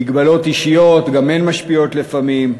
מגבלות אישיות גם הן משפיעות לפעמים.